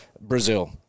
Brazil